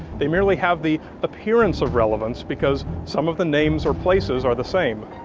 they merely have the appearance of relevance because some of the names or places are the same.